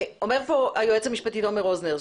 אומר פה היועץ המשפטי תומר רוזנר,